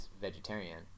vegetarian